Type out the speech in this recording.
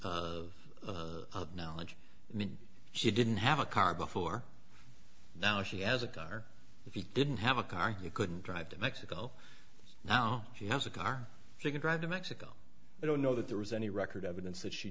of knowledge i mean she didn't have a car before now she has a car if you didn't have a car you couldn't drive to mexico now she has a car so you can drive to mexico i don't know that there was any record evidence that she